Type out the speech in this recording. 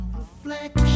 reflection